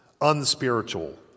unspiritual